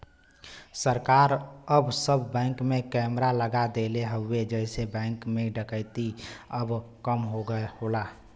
सरकार अब सब बैंक में कैमरा लगा देले हउवे जेसे बैंक में डकैती अब कम होला